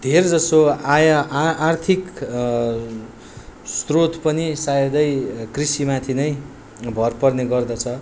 धेरजसो आय आर्थिक श्रोत पनि सायदै कृषिमाथि नै भर पर्ने गर्दछ